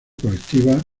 colectivas